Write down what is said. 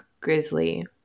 grizzly